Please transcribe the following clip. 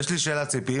יש לי שאלה ציפי,